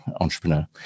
entrepreneur